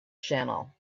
channel